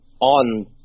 on